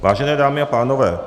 Vážené dámy a pánové.